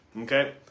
okay